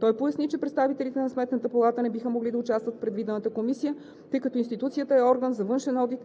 Той поясни, че представителите на Сметната палата не биха могли да участват в предвидената комисия, тъй като институцията е орган за външен одит